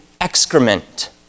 excrement